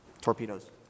Torpedoes